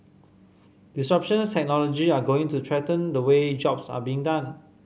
disruptions technology are going to threaten the way jobs are being done